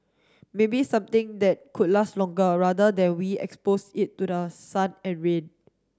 maybe something that could last longer rather than we expose it to the sun and rain